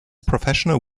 professional